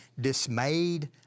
dismayed